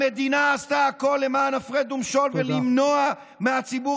המדינה עשתה הכול למען הפרד ומשול ולמנוע מהציבור